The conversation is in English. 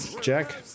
Jack